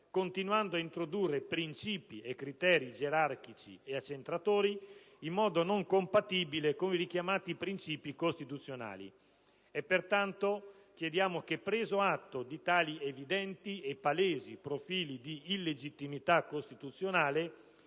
continuando a introdurre principi e criteri gerarchici e accentratori in modo non compatibile con i richiamati principi costituzionali. Pertanto chiediamo che, preso atto di tali evidenti e palesi profili di illegittimità costituzionale,